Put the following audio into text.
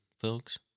folks